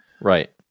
right